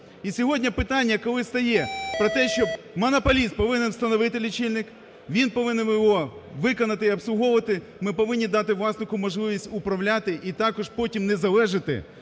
І сьогодні питання, коли стає про те, що монополіст повинен встановити лічильник, він повинен його виконати і обслуговувати, ми повинні дати власнику можливість управляти і також потім не залежати